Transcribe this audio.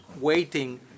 waiting